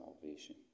salvation